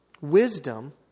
wisdom